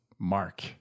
Mark